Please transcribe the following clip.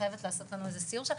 חייבת לעשות לנו איזה סיור שם,